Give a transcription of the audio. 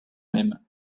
même